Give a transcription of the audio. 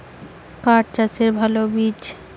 পাঠ চাষের ভালো বীজ?